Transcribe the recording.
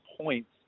points